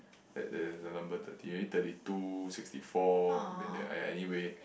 like there's a number thirty thirty two sixty four then they !aiya! anyway